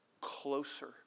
closer